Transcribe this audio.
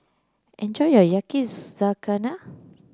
enjoy your Yakizakana